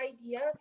idea